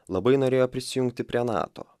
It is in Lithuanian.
labai norėjo prisijungti prie nato